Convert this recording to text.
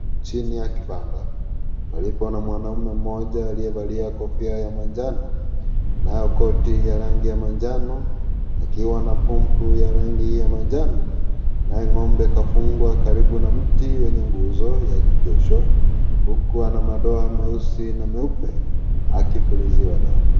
Chini ya kibanda palipo na mwanaume mmoja aliyevalia kofia ya manjano nayo koti ya rangi ya manjano, akiwa na pampu ya rangi ya manjano, naye ng'ombe kafungwa karibu na mti wenye nguzo ya josho huku ana madoa meusi na meupe akipuliziwa dawa.